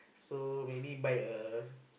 so maybe buy a